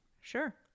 Sure